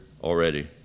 already